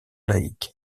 laïques